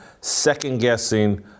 second-guessing